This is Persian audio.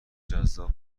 جذاب